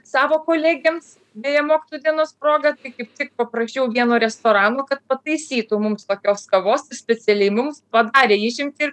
savo kolegėms beje mokytojų dienos proga tai kaip tik paprašiau vieno restorano kad pataisytų mums tokios kavos ir specialiai mums padarė išimtį ir